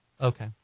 Okay